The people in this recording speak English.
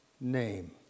name